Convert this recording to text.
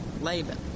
Laban